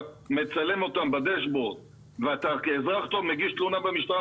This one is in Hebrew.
מצלם בדשבורד וכאזרח טוב מגיש תלונה במשטרה.